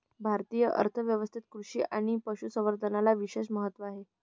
भारतीय अर्थ व्यवस्थेत कृषी आणि पशु संवर्धनाला विशेष महत्त्व आहे